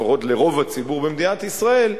לפחות לרוב הציבור במדינת ישראל,